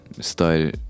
Style